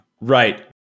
Right